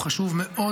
חשוב מאוד,